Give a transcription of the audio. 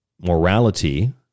morality